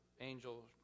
angel